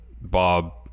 Bob